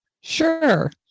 sure